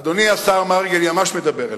אדוני השר מרגי, אני ממש מדבר אליך.